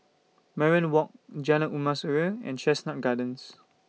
Mariam Walk Jalan Emas Urai and Chestnut Gardens